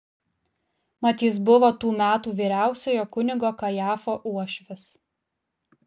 mat jis buvo tų metų vyriausiojo kunigo kajafo uošvis